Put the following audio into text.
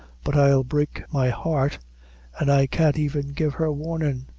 but i'll break my heart an' i can't even give her warnin'.